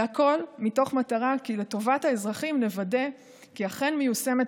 והכול מתוך מטרה כי לטובת האזרחים נוודא כי אכן מיושמת